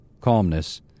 Calmness